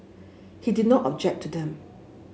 he did not object to them